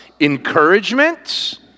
encouragement